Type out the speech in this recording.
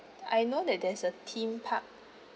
I know that there's a theme park